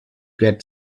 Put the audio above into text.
great